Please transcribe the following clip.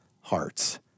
hearts